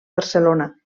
barcelona